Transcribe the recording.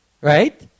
right